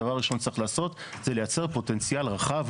הדבר הראשון שצריך לעשות זה לייצר פוטנציאל רחב,